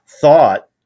thought